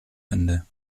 ende